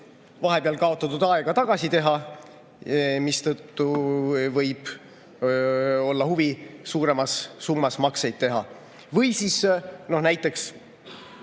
vahepeal kaotatud aega tagasi teha, mistõttu võib olla huvi suuremas summas makseid teha. Või siis näiteks